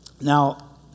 Now